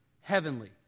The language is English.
heavenly